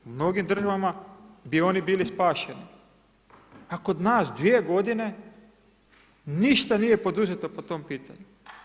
U mnogim državama bi oni bili spašeni a kod nas 2 godine ništa nije poduzeto po tom pitanju.